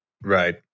Right